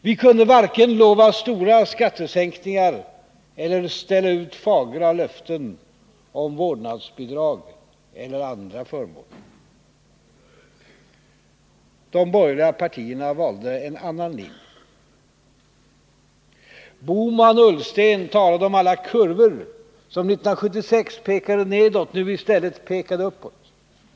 Vi kunde varken lova stora skattesänkningar eller ställa ut fagra löften om vårdnadsbidrag eller andra förmåner. De borgerliga partierna valde en annan linje. Gösta Bohman och Ola Ullsten talade om att alla kurvor som 1976 pekade nedåt nu i stället pekade Åtgärder för att stabilisera ekono uppåt.